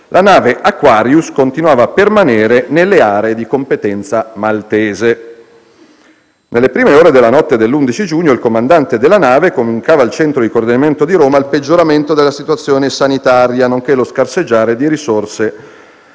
la nave Aquarius continuava a permanere nelle aree di competenza maltese. Nelle prime ore della notte dell'11 giugno, il comandante della nave comunicava al centro di coordinamento di Roma il peggioramento della situazione sanitaria, nonché lo scarseggiare di risorse